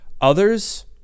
others